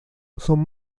son